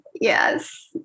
Yes